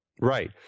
Right